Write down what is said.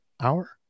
hour